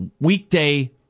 weekday